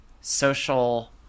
social